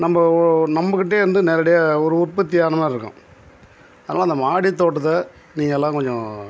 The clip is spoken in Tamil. நம்ப ஓ நம்பக்கிட்டைந்து நேரடியாக ஒரு உற்பத்தியான மாதிரி இருக்கும் அதனால் அந்த மாடி தோட்டத்தை நீங்கள் எல்லாம் கொஞ்சம்